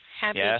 Happy